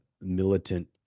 militant